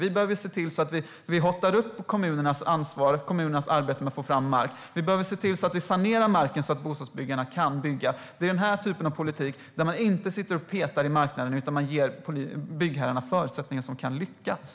Vi behöver hotta upp kommunernas ansvar och kommunernas arbete med att få fram mark. Vi behöver se till att marken saneras så att bostadsbyggarna kan bygga. Det är den typen av politik där man inte sitter och petar i marknaden utan ger byggherrarna förutsättningar som kan lyckas.